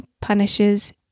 punishes